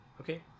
Okay